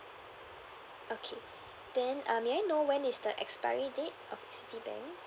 okay then uh may I know when is the expiry date of your citibank